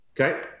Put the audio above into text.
okay